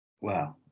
Wow